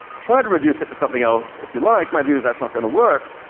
try to reduce it to something else if you like, maybe that's not going to work,